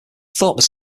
thought